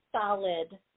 solid